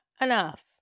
Enough